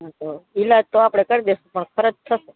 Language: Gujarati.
હા તો ઈલાજ તો આપણે કરી દઇશું પણ ખર્ચ થશે